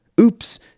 Oops